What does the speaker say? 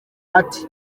ati